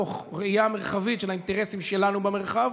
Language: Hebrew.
תוך ראייה מרחבית של האינטרסים שלנו במרחב,